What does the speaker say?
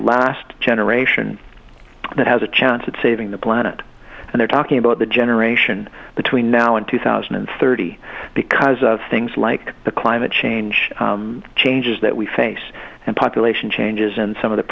last generation that has a chance at saving the planet and they're talking about the generation between now and two thousand and thirty because of things like the climate change changes that we face and population changes and some of the